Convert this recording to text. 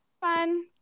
Fun